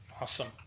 Awesome